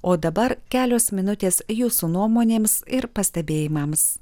o dabar kelios minutės jūsų nuomonėms ir pastebėjimams